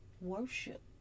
worship